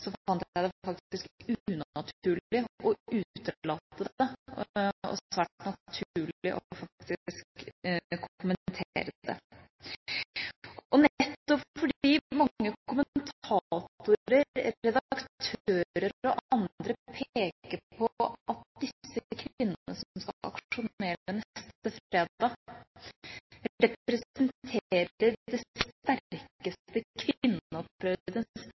jeg det faktisk unaturlig å utelate det og faktisk svært naturlig å kommentere det. Nettopp fordi mange kommentatorer og redaktører og andre peker på at disse kvinnene som skal aksjonere neste fredag, representerer det sterkeste